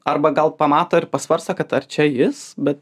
arba gal pamato ir pasvarsto kad ar čia jis bet